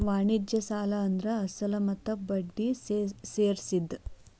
ವಾಣಿಜ್ಯ ಸಾಲ ಅಂದ್ರ ಅಸಲ ಮತ್ತ ಬಡ್ಡಿ ಸೇರ್ಸಿದ್